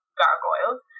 gargoyles